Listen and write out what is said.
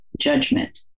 judgment